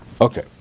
Okay